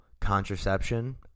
contraception